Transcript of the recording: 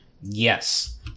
Yes